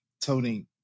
tony